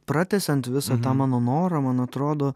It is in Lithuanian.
pratęsiant visą tą mano norą man atrodo